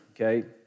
okay